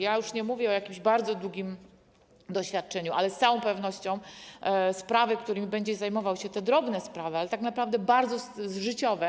Już nie mówię o bardzo długim doświadczeniu, ale z całą pewnością sprawy, którymi będzie zajmował się sędzia, te drobne sprawy, ale tak naprawdę bardzo życiowe.